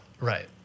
Right